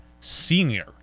senior